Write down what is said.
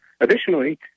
Additionally